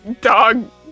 dog